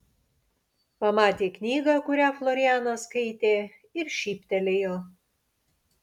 pamatė knygą kurią florianas skaitė ir šyptelėjo